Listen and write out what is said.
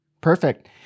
Perfect